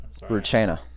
Ruchena